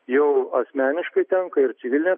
jau asmeniškai tenka ir civilinė